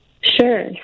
Sure